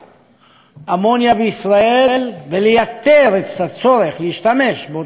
אמוניה בישראל ולייתר את הצורך להשתמש באותו מכל היא